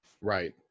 Right